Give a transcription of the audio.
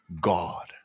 god